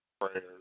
prayers